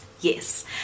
yes